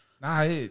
Nah